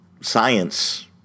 science